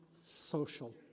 social